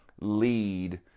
lead